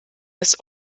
des